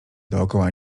dookoła